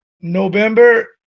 November